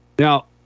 Now